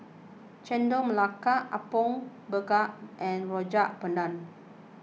Chendol Melaka Apom Berkuah and Rojak Bandung